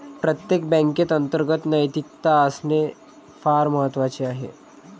प्रत्येक बँकेत अंतर्गत नैतिकता असणे फार महत्वाचे आहे